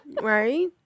Right